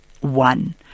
one